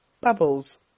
bubbles